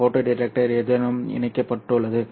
photo detector எதனுடன் இணைக்கப்பட்டுள்ளது